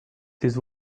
this